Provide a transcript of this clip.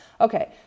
Okay